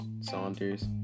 Saunders